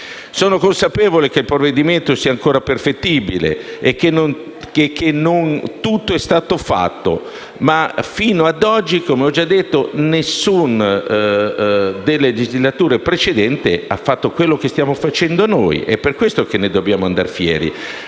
Sono consapevole che il provvedimento sia ancora perfettibile e che non tutto è stato fatto, ma fino ad oggi, come ho già detto, nessuna delle legislature precedenti ha fatto quello che stiamo facendo noi ed è per questo che ne dobbiamo andare fieri.